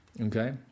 Okay